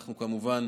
אנחנו כמובן